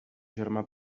germà